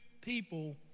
people